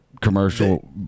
commercial